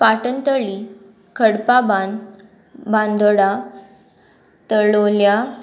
Patantali Khadpaban Bandora तळोल्या